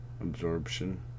Absorption